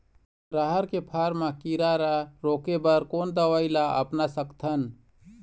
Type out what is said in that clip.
रहर के फर मा किरा रा रोके बर कोन दवई ला अपना सकथन?